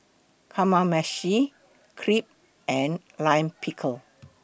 Kamameshi Crepe and Lime Pickle